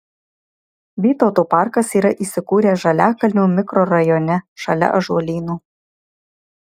vytauto parkas yra įsikūręs žaliakalnio mikrorajone šalia ąžuolyno